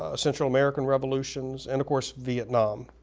ah central american revolutions and of course, vietnam,